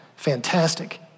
fantastic